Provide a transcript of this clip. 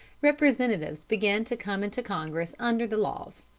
representatives began to come into congress under the laws.